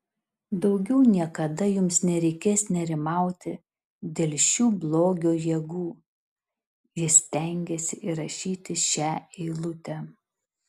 daugiau niekada jums nereikės nerimauti dėl šių blogio jėgų jis stengėsi įrašyti šią eilutę